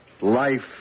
Life